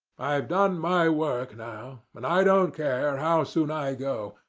i've done my work now, and i don't care how soon i go,